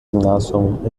gymnasium